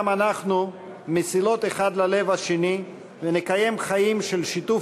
אנחנו מסילות אחד ללב השני ונקיים חיים של שיתוף